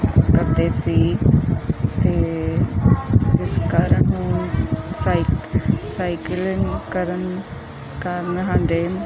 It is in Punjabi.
ਕਰਦੇ ਸੀ ਅਤੇ ਜਿਸ ਕਾਰਣ ਹੁਣ ਸਾਈਕ ਸਾਈਕਲ ਕਰਨ ਕਾਰਣ ਸਾਡੇ